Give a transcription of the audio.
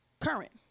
current